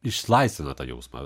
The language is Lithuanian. išlaisvina tą jausmą